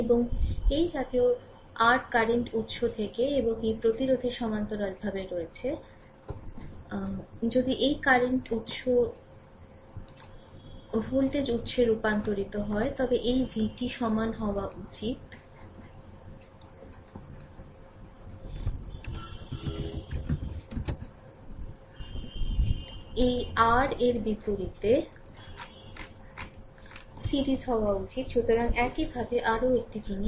এবং এই জাতীয় প্যারালেল r কারেন্ট উৎস থেকে এবং এই প্রতিরোধের সমান্তরালভাবে রয়েছে যদি এই কারেন্ট উৎস ভোল্টেজ উৎসে রূপান্তরিত হয় তবে এই v টি সমান হওয়া উচিত এই আর এর বিপরীতে সিরিজ হওয়া উচিত সুতরাং একইভাবে আরও একটি জিনিস